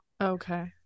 Okay